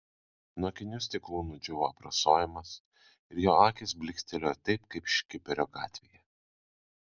nuo akinių stiklų nudžiūvo aprasojimas ir jo akys blykstelėjo taip kaip škiperio gatvėje